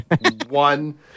one